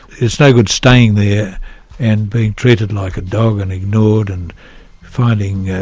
it's no good staying there and being treated like a dog and ignored and finding